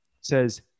says